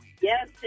Yes